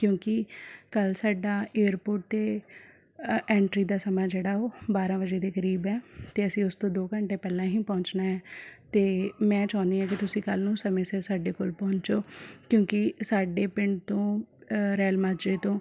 ਕਿਉਂਕਿ ਕੱਲ੍ਹ ਸਾਡਾ ਏਅਰਪੋਰਟ 'ਤੇ ਐਂਟਰੀ ਦਾ ਸਮਾਂ ਜਿਹੜਾ ਉਹ ਬਾਰ੍ਹਾਂ ਵਜੇ ਦੇ ਕਰੀਬ ਹੈ ਅਤੇ ਅਸੀਂ ਉਸ ਤੋਂ ਦੋ ਘੰਟੇ ਪਹਿਲਾਂ ਹੀ ਪਹੁੰਚਣਾ ਹੈ ਅਤੇ ਮੈਂ ਚਾਹੁੰਦੀ ਹਾਂ ਕਿ ਤੁਸੀਂ ਕੱਲ੍ਹ ਨੂੰ ਸਮੇਂ ਸਿਰ ਸਾਡੇ ਕੋਲ ਪਹੁੰਚੋ ਕਿਉਂਕਿ ਸਾਡੇ ਪਿੰਡ ਤੋਂ ਰੈਲ ਮਾਜਰੇ ਤੋਂ